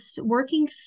working